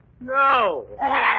No